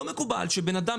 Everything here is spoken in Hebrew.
לא מקובל שבן אדם,